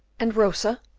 and rosa,